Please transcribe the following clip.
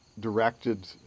directed